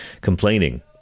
complaining